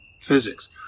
physics